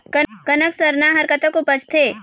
कनक सरना हर कतक उपजथे?